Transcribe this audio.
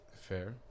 Fair